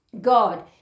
God